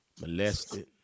molested